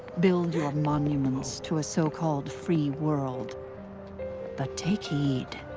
build your monuments to a so-called free world but take heed.